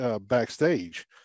backstage